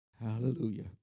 Hallelujah